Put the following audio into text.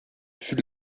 fut